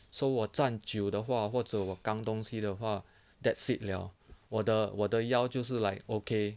so 我站久的话或者我扛东西的话 that's it 了我的我的腰就是 like okay